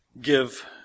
give